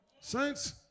Saints